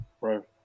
bro